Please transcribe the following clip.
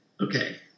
Okay